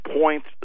points